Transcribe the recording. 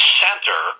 center